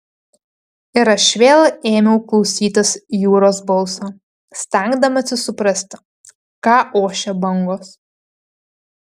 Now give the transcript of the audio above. ir aš vėl ėmiau klausytis jūros balso stengdamasis suprasti ką ošia bangos